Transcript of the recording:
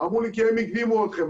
אמרו לי, כי הם הקדימו אתכם.